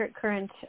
current